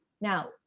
Now